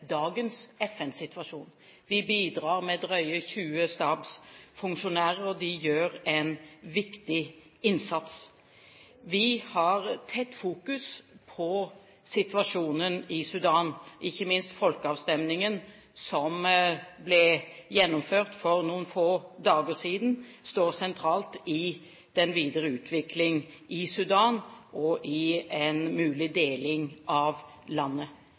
dagens FN-operasjon. Vi bidrar med drøye 20 stabsfunksjonærer, og de gjør en viktig innsats. Vi har tett fokus på situasjonen i Sudan, ikke minst står folkeavstemningen som ble gjennomført for noen få dager siden, sentralt i den videre utvikling i Sudan og i en mulig deling av landet.